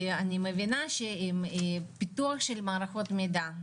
אני מבינה שפיתוח של מערכות מידע,